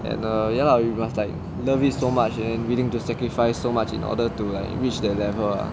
and uh ya lah you must have love it so much and willing to sacrifice so much in order to like reach that level ah